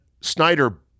Snyder